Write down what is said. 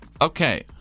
Okay